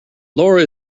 lara